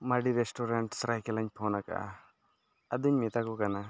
Mardi restaurant ᱥᱚᱨᱟᱭᱠᱮᱞᱟᱧ phone ᱟᱠᱟᱫᱟ ᱟᱫᱚᱧ ᱢᱮᱛᱟᱠᱚ ᱠᱟᱱᱟ